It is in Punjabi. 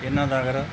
ਇਹਨਾਂ ਦਾ ਅਗਰ